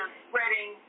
spreading